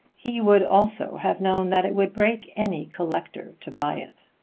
he would also have known that it would break any collector to buy it.